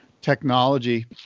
technology –